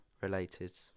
related